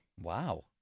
Wow